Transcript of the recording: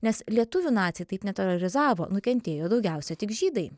nes lietuvių naciai taip neterorizavo nukentėjo daugiausia tik žydai